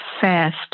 fast